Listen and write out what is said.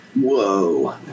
whoa